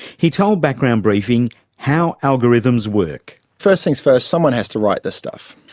he told background briefing how algorithms work. first things first, someone has to write the stuff.